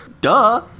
Duh